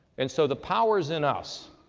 and so the power is in us.